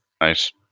Nice